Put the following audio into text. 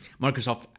Microsoft